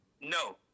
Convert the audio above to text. No